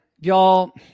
y'all